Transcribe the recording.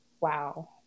wow